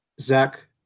Zach